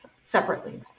separately